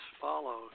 follows